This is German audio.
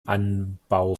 anbau